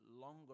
longer